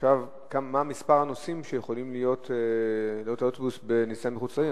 מה מספר הנוסעים שיכולים לעלות לאוטובוס בנסיעה מחוץ לעיר.